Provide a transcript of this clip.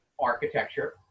architecture